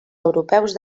europeus